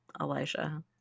Elijah